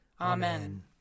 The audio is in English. Amen